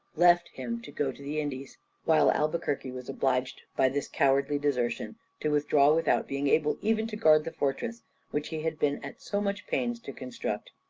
left him to go to the indies while albuquerque was obliged by this cowardly desertion to withdraw without being able even to guard the fortress which he had been at so much pains to construct.